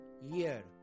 Year